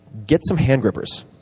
get some hand grippers,